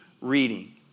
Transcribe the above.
reading